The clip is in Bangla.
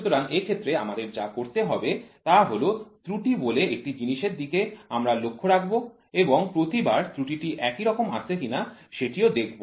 সুতরাং এক্ষেত্রে আমাদের যা করতে হবে তা হল ত্রুটি বলে একটি জিনিসের দিকে আমরা লক্ষ্য রাখব এবং প্রতিবার ত্রুটি একই রকম আসছে কিনা সেটিও দেখব